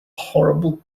horrible